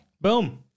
Boom